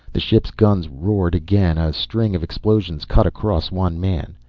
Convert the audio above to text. the ship's guns roared again, a string of explosions cut across one man.